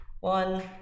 one